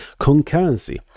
concurrency